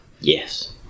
Yes